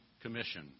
commission